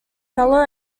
fellow